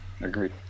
agreed